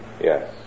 Yes